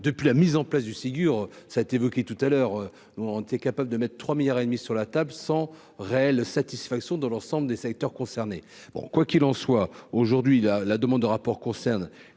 depuis la mise en place du Ségur, ça a été évoqué tout à l'heure, nous on était capable de mettre 3 milliards et demi sur la table sans réelle satisfaction dans l'ensemble des secteurs concernés, bon, quoiqu'il en soit, aujourd'hui, la, la demande de rapport concerne